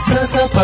Sasa